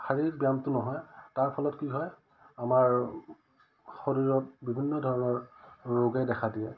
শাৰীৰিক ব্যায়ামটো নহয় তাৰ ফলত কি হয় আমাৰ শৰীৰত বিভিন্ন ধৰণৰ ৰোগে দেখা দিয়ে